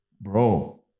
bro